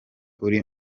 uri